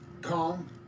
Calm